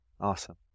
Awesome